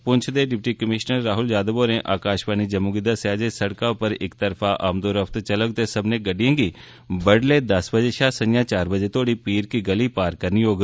पुंछ दे deputy commissioner Rahul Yadav होरें आकाशवाणी जम्मू गी दस्सेआ जे सड़का उप्पर इक तरफा आमदोरफ्त चलुग ते सब्बनै गड्डियें गी बड्डलै दस बजे शा संझा चार बजे तोहड़ी पीर की गली पार करनी होग